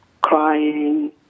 crying